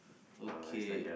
okay